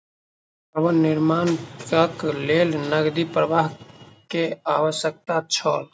भवन निर्माणक लेल नकदी प्रवाह के आवश्यकता छल